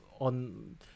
on